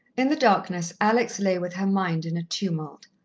in the darkness alex lay with her mind in a tumult.